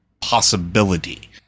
possibility